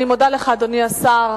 אני מודה לך, אדוני השר.